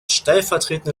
stellvertretende